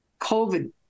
COVID